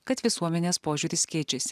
kad visuomenės požiūris keičiasi